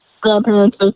grandparents